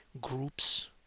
groups